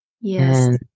Yes